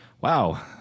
wow